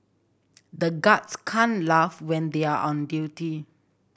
the guards can't laugh when they are on duty